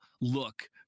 look